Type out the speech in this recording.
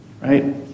Right